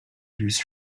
used